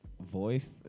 voice